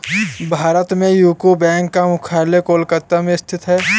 भारत में UCO bank का मुख्यालय कोलकाता में स्थित है